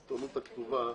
חברות הסיגריות, נקודה.